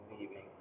leaving